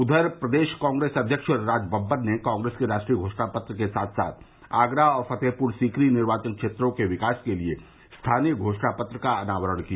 उधर प्रदेश कांग्रेस अव्यक्ष राजबब्बर ने कांग्रेस के राष्ट्रीय घोषणा पत्र के साथ साथ आगरा और फतेहपर सीकरी निर्वाचन क्षेत्रों के विकास के लिये स्थानीय घोषणा पत्र का अनावरण किया